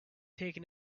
taken